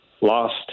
lost